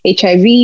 HIV